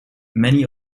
many